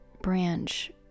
branch